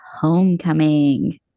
homecoming